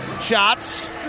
shots